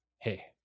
Hey